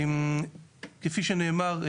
כפי שנאמר,